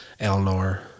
Elnor